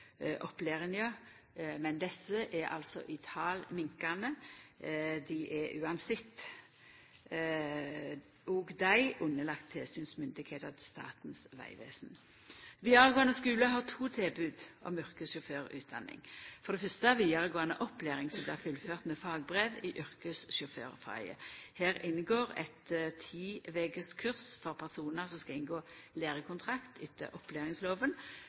men desse er altså i tal minkande. Dei er uansett underlagde tilsynsmyndigheita til Statens vegvesen. Vidaregåande skule har to tilbod om yrkessjåførutdanning. For det fyrste er det vidaregåande opplæring som blir fullført med fagbrev i yrkessjåførfaget. Her inngår eit ti vekers kurs for personar som skal inngå lærekontrakt etter opplæringslova.